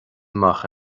amach